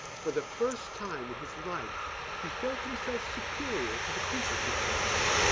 for the first time in his life he felt himself superior to the people he passed.